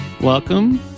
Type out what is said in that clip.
Welcome